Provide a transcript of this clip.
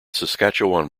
saskatchewan